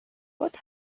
what